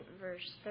verse